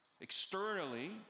Externally